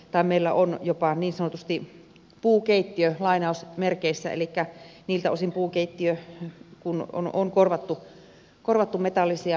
meillä on jopa niin sanotusti puukeittiö elikkä puukeittiö niiltä osin kuin on korvattu metallisia osia